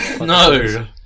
No